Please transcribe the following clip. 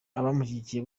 abamushyigikiye